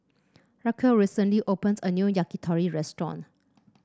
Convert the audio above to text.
Raquel recently opens a new Yakitori Restaurant